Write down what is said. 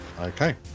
Okay